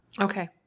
Okay